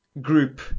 group